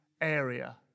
area